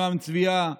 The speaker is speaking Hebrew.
נעם-צביה,